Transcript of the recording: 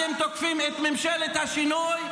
אתם תוקפים את ממשלת השינוי,